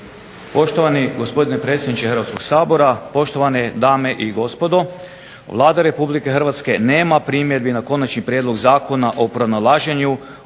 Poštovani gospodine predsjedniče HRvatskog sabora, poštovane dame i gospodo. Vlada Republike Hrvatske nema primjedbi na Konačni prijedlog Zakona o pronalaženju,